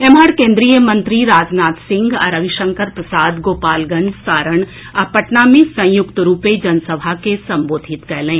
एम्हर केंद्रीय मंत्री राजनाथ सिंह आ रविशंकर प्रसाद गोपालगंज सारण आ पटना मे संयुक्त रूपें जनसभा के संबोधित कयलनि